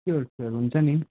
त्योहरू त हुन्छ नि